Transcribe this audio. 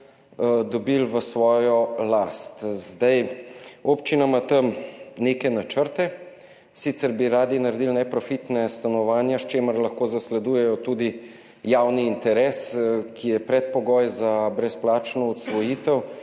dobili v svojo last. Občina ima tam neke načrte, sicer bi radi naredili neprofitna stanovanja, s čimer lahko zasledujejo tudi javni interes, ki je predpogoj za brezplačno odsvojitev,